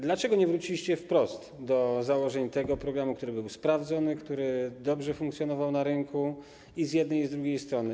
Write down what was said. Dlaczego nie wróciliście wprost do założeń tego programu, który był sprawdzony, który dobrze funkcjonował na rynku i z jednej, i z drugiej strony?